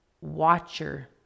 watcher